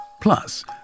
Plus